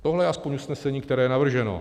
Tohle je aspoň usnesení, které je navrženo.